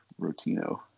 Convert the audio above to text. Rotino